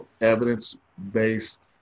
evidence-based